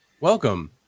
welcome